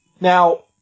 now